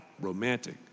romantic